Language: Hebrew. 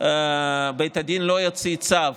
בית הדין לא יוציא צו